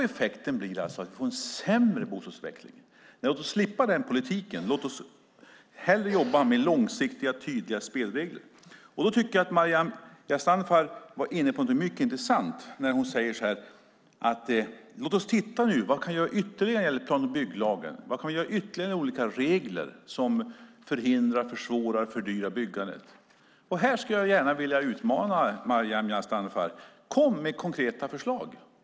Effekten blir alltså en sämre bostadsutveckling. Låt oss slippa den politiken, och låt oss hellre jobba med långsiktiga, tydliga spelregler. Jag tycker att Maryam Yazdanfar var inne på någonting mycket intressant när hon sade: Låt oss nu titta på vad man göra ytterligare enligt plan och bygglagen. Vad kan man göra ytterligare med olika regler som förhindrar, försvårar och fördyrar byggandet? Här skulle jag gärna vilja utmana Maryam Yazdanfar och säga: Kom med konkreta förslag!